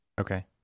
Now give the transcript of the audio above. Okay